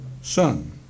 son